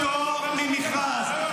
פטור ממכרז.